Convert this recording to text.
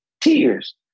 tears